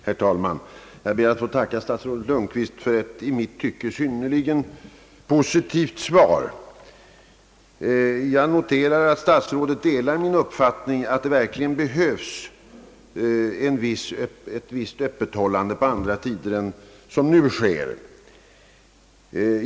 Herr talman! Jag ber att få tacka statsrådet Lundkvist för ett i mitt tycke synnerligen positivt svar. Jag noterar att statsrådet delar min uppfattning att det verkligen behövs ett visst öppethållande på andra tider än som nu sker.